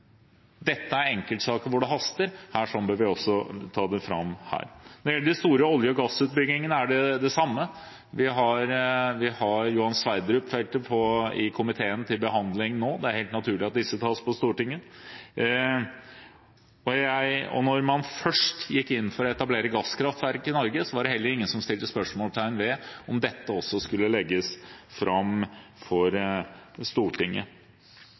Dette er enkeltsaker hvor det haster, så vi bør ta det hit. Når det gjelder de store olje- og gassutbyggingene, er det det samme. Vi har Johan Sverdrup-feltet til behandling i komiteen nå. Det er helt naturlig at disse avgjørelsene tas på Stortinget. Når man først gikk inn for å etablere gasskraftverk i Norge, var det heller ingen som satte spørsmålstegn ved om det også skulle legges fram for Stortinget.